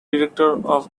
director